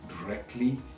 directly